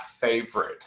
favorite